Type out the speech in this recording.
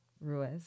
Ruiz